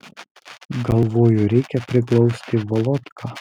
galvoju reikia priglausti volodką